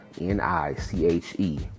N-I-C-H-E